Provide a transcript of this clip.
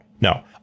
No